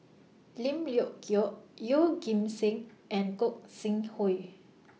Lim Leong Geok Yeoh Ghim Seng and Gog Sing Hooi